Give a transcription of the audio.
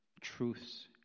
truths